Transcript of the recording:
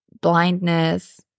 blindness